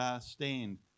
stand